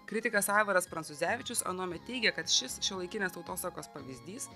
kritikas aivaras prancūzevičius anuomet teigia kad šis šiuolaikinės tautosakos pavyzdys